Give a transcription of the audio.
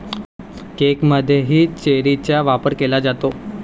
केकमध्येही चेरीचा वापर केला जातो